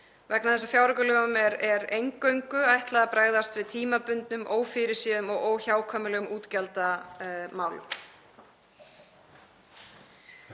vegna þess að fjáraukalögum er eingöngu ætlað að bregðast við tímabundnum, ófyrirséðum og óhjákvæmilegum útgjaldamálum.